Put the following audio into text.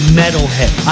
metalhead